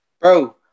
Bro